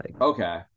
Okay